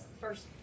first